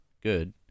good